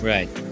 Right